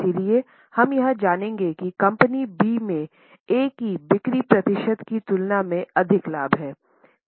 इसलिएहम यह जानेंगे कि कंपनी बी में ए के बिक्री प्रतिशत की तुलना में अधिक लाभ है